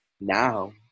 Now